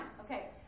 Okay